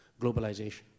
globalization